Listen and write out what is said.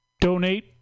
donate